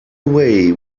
away